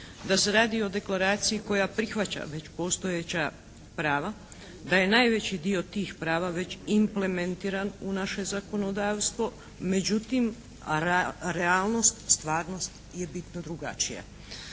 da se radi i o deklaraciji koja prihvaća već postojeća prava, da je najveći dio tih prava već implementiran u naše zakonodavstvo. Međutim, a realnost, stvarnost je bitno drugačija.